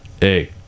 Hey